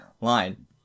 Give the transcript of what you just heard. line